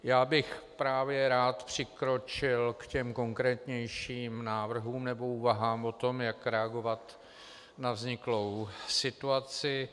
Já bych právě rád přikročil k těm konkrétnějším návrhům nebo úvahám o tom, jak reagovat na vzniklou situaci.